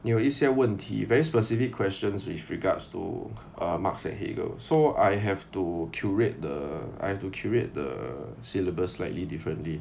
有一些问题 very specific questions with regards to uh marx and heger so I have to curate the I have to create the syllabus slightly differently